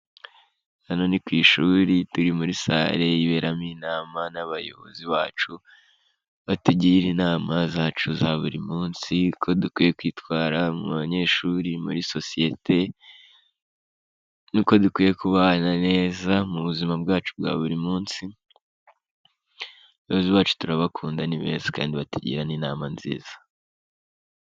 Hano ni ku ishuri, turi muri sale iberamo inama n'abayobozi bacu batugira inama zacu za buri munsi, uko dukwiye kwitwara mu banyeshuri, muri sosiyete, n'uko dukwiye kubana neza mu buzima bwacu bwa buri munsi, abayobozi bacu turabakunda ni beza kandi batugira n'inama nziza.